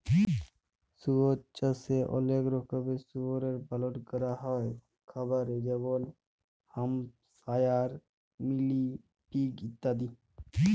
শুয়র চাষে অলেক রকমের শুয়রের পালল ক্যরা হ্যয় খামারে যেমল হ্যাম্পশায়ার, মিলি পিগ ইত্যাদি